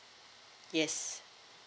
yes